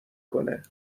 کنه